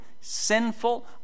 sinful